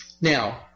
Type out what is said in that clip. Now